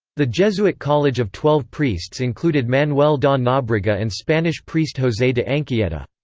the jesuit college of twelve priests included manuel da nobrega and spanish priest jose de anchieta.